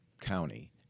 County